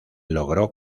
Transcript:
logró